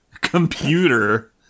computer